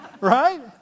right